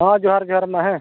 ᱦᱮᱸ ᱡᱚᱦᱟᱨ ᱡᱚᱦᱟᱨ ᱢᱟ ᱦᱮᱸ